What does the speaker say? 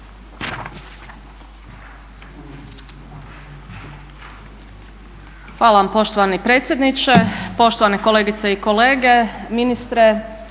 Hvala vam poštovani predsjedniče, poštovani kolegice i kolege, ministre,